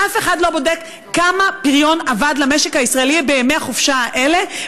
אף אחד לא בודק כמה פריון אבד למשק הישראלי בימי החופשה האלה,